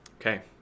Okay